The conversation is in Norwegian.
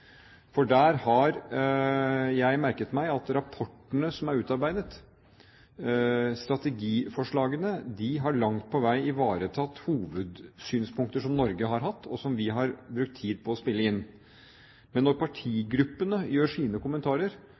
for der har jeg merket meg at rapportene som er utarbeidet, strategiforslagene, langt på vei har ivaretatt hovedsynspunkter som Norge har hatt, og som vi har brukt tid på å spille inn. Men når partigruppene kommer med sine kommentarer,